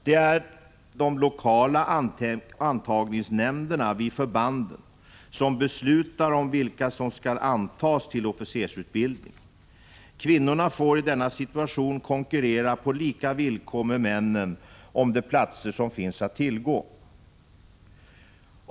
Det är de lokala antagningsnämnderna vid förbanden som beslutar om vilka som skall antas till officersutbildning. Kvinnor får i denna situation konkurrera på lika villkor med männen om de platser som finns att tillgå.